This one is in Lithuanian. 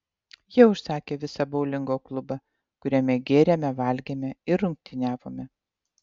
jie užsakė visą boulingo klubą kuriame gėrėme valgėme ir rungtyniavome